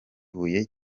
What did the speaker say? huye